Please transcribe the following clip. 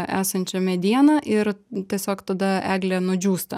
esančia mediena ir tiesiog tada eglė nudžiūsta